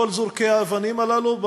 כל זורקי האבנים הללו,